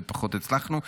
ופחות הצלחנו.